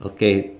okay